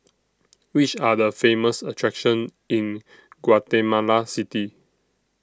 Which Are The Famous attractions in Guatemala City